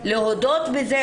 להודות בזה,